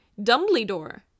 Dumbledore